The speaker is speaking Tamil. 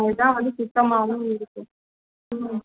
உங்களுக்கு இதுதான் வந்து சுத்தமாகவும் இருக்கும் ம்